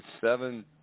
seven